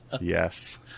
Yes